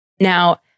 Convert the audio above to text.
Now